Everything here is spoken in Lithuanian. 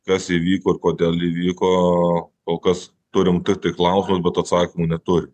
kas įvyko ir kodėl įvyko kol kas turim tiktai klausimus bet atsakymų neturim